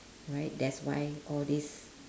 right that's why all these